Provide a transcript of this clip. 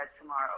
tomorrow